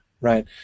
right